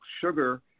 sugar